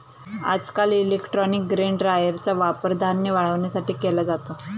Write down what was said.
आजकाल electronic grain ड्रायरचा वापर धान्य वाळवण्यासाठी केला जातो